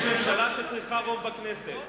יש ממשלה שצריכה רוב בכנסת,